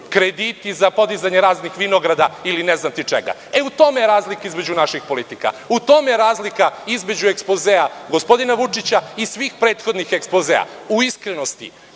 krediti za podizanje raznih vinograda ili ne znam čega. U tome je razlika između naših politika, u tome je razlika između ekspozea gospodina Vučića i svih prethodnih ekspozea, u iskrenosti,